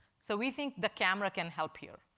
so we think the camera can help here.